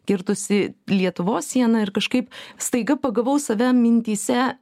kirtusi lietuvos sieną ir kažkaip staiga pagavau save mintyse